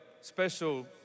special